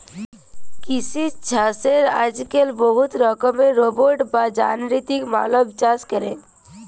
কিসি ছাসে আজক্যালে বহুত রকমের রোবট বা যানতিরিক মালব কাজ ক্যরে